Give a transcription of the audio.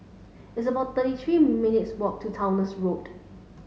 it's about thirty three minutes' walk to Towner's Road